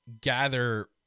gather